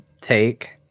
take